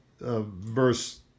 verse